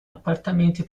appartamenti